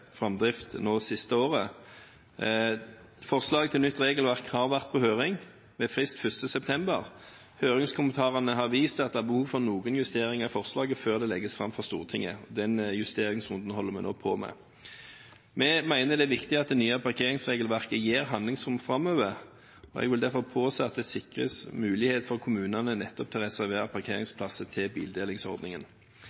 framdrift det siste året. Forslag til nytt regelverk har vært på høring, med frist 1. september. Høringskommentarene har vist at det er behov for noen justeringer av forslaget, før det legges fram for Stortinget. Den justeringsrunden holder vi nå på med. Vi mener det er viktig at det nye parkeringsregelverket gir handlingsrom framover. Jeg vil derfor påse at kommunene sikres mulighet til nettopp å reservere